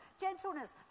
gentleness